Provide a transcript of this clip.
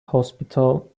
hospital